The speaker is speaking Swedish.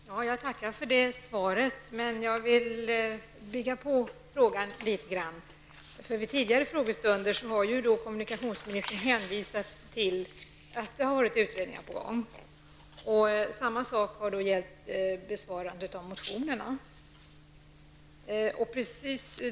Fru talman! Jag tackar för svaret. Men jag vill bygga på frågan litet grand. Vid tidigare frågestunder har kommunikationsministern hänvisat till att utredningar har varit på gång. Samma sak har gällt besvarandet av motionerna.